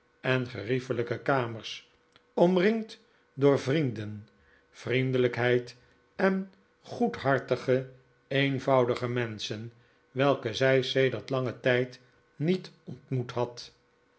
en geriefelijke kamers omringd door vrienden vriendelijkheid en goedhartige eenvoudige menschen welke zij sedert langen tijd niet ontmoet had